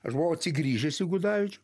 aš buvau atsigrįžęs į gudavičių